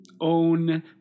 own